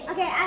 Okay